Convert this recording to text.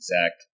exact